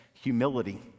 Humility